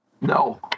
No